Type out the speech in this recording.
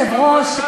אדוני היושב-ראש,